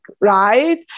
right